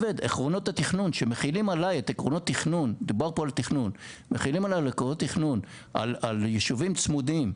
כשמחילים עליי עקרונות תכנון על ישובים צמודים,